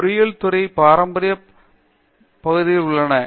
பொறியியல் துறையில் பாரம்பரிய பொறியியல் பகுதிகள் உள்ளன